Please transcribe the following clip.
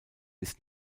ist